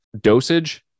dosage